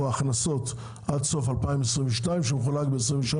הכנסות עד סוף 2022 שמחולק ב- 2023,